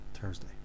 Thursday